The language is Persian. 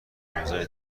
روزای